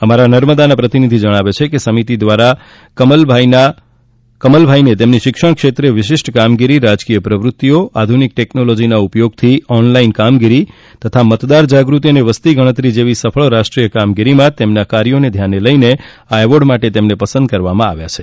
અમારા નર્મદાના પ્રતિનિધિ જણાવે છે કે સમિતિ દ્વારા કમલભાઈને તેમની શિક્ષણ ક્ષેત્રે વિશિષ્ટ કામગીરી સેવાકીય પ્રવૃત્તિઓ આધુનિક ટેકનોલોજીના ઉપયોગથી ઓનલાઇન કામગીરી તથા મતદાર જાગૃતિ અને વસ્તી ગણતરી જેવી સફળ રાષ્ટ્રીય કામગીરીમાં તેમના કાર્યોને સમીક્ષાને ધ્યાને લઈને આ એવોર્ડ માટે તેમને પસંદ કરવામાં આવ્યા છે